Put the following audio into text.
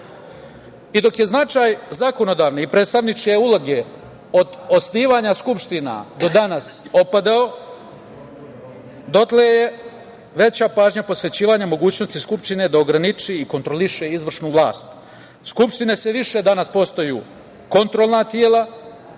je značaj zakonodavne i predstavničke uloge od osnivanja skupština do danas opadao, dotle je veća pažnja posvećivana mogućnosti skupštine da ograniči i kontroliše izvršnu vlast. Skupštine sve više danas postaju kontrolna tela